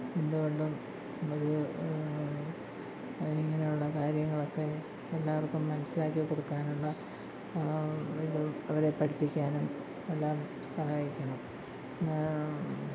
എന്തുകൊണ്ടും നമ്മൾ ഇങ്ങനെയുള്ള കാര്യങ്ങളൊക്കെ എല്ലാവർക്കും മനസ്സിലാക്കി കൊടുക്കാനുള്ള ഇതും അവരെ പഠിപ്പിക്കാനും എല്ലാം സഹായിക്കണം